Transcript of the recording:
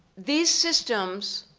these systems